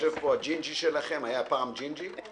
יושב פה הג'ינג'י שלכם, היה פעם ג'ינג'י,